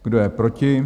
Kdo je proti?